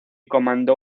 comandó